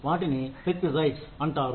వాటిని పెర్క్విసైట్స్ అంటారు